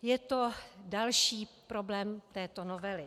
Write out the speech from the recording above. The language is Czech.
Je to další problém této novely.